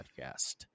podcast